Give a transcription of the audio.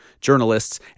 journalists